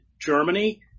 Germany